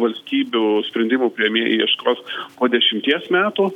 valstybių sprendimų priėmėjai ieškos po dešimties metų